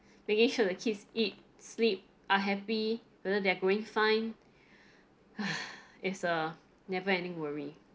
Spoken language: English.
making sure the kids eat sleep are happy whether they're going fine is a never-ending worry